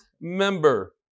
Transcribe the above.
member